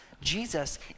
Jesus